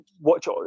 watch